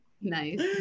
nice